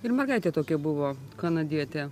ir mergaitė tokia buvo kanadietė